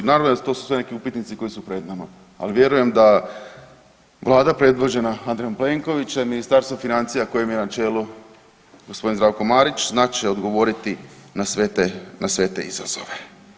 Naravno to su sve neki upitnici koji su pred nama, ali vjerujem da Vlada predvođena Andrejom Plenkovićem, Ministarstvo financija kojem je na čelu gospodin Marić znat će odgovoriti na sve te izazove.